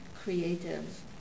creative